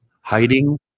hiding